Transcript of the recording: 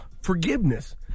forgiveness